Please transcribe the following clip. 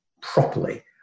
properly